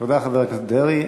תודה, חבר הכנסת דרעי.